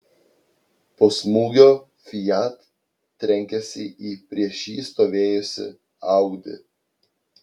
po smūgio fiat trenkėsi į prieš jį stovėjusį audi